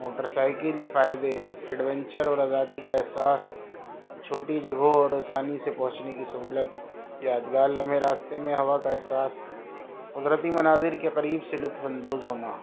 motor cycle فائدے adventure اور آزادی کا احساس چھوٹی جگہوں اور آسانی سے پہنچنے کی سہولت یادگار لمحے راستے میں ہوا کا احساس قدرتی مناظر کے قریب سے لطف اندوز ہونا